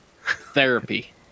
therapy